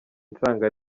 nsanga